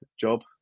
job